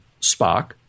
Spock